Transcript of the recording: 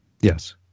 Yes